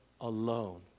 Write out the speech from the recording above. alone